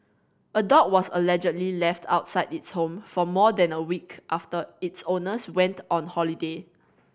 a dog was allegedly left outside its home for more than a week after its owners went on holiday